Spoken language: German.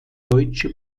deutsche